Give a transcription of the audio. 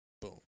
Boom